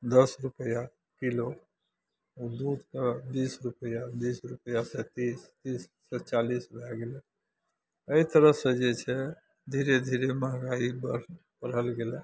दस रुपैआ किलो ओ दूध के बीस रुपैआ बीस रुपैआसँ तीस तीससँ चालीस भए गेलै एहि तरहसँ जे छै धीरे धीरे महँगाइ बढ़ल गेलैया